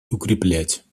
укреплять